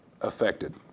affected